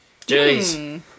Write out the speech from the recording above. Jeez